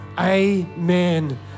Amen